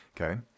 Okay